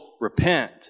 repent